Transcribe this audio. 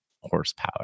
horsepower